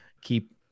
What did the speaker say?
Keep